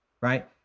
right